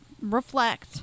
reflect